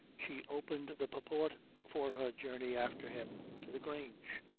she opened the purport for her journey after him to the grange.